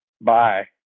Bye